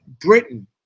Britain